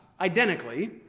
identically